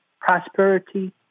prosperity